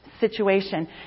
situation